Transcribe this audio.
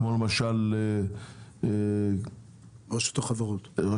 כמו למשל רשות החברות,